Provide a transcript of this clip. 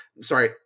sorry